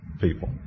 people